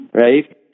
Right